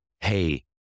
Hey